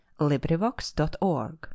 LibriVox.org